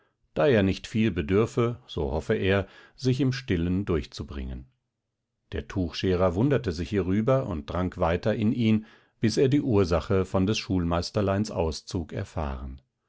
da er nicht viel bedürfe so hoffe er sich im stillen durchzubringen der tuchscherer wunderte sich hierüber und drang weiter in ihn bis er die ursache von des schulmeisterleins auszug erfahren